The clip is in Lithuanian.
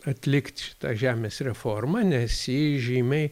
atlikt šitą žemės reformą nes ji žymiai